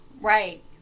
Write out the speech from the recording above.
Right